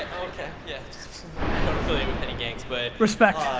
yeah, i don't affiliate with any gangs. but respect,